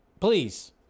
please